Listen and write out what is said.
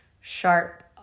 sharp